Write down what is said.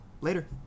Later